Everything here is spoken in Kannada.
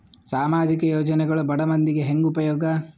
ಸಾಮಾಜಿಕ ಯೋಜನೆಗಳು ಬಡ ಮಂದಿಗೆ ಹೆಂಗ್ ಉಪಯೋಗ?